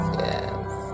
yes